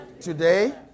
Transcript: Today